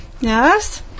Yes